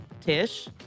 Tish